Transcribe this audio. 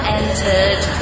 entered